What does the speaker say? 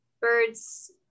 birds